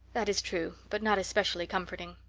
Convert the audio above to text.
that is true but not especially comforting.